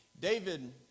David